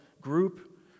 group